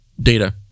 data